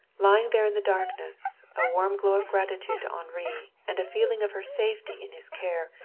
lying there in the darkness, a warm glow of gratitude to henri, and a feeling of her safety in his care,